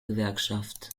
gewerkschaft